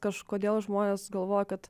kažkodėl žmonės galvoja kad